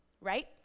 right